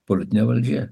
politinė valdžia